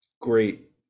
Great